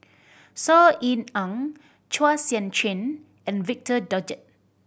Saw Ean Ang Chua Sian Chin and Victor Doggett